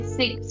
six